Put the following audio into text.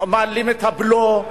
מעלים את הבלו.